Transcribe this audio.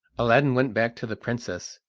aladdin went back to the princess,